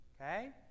okay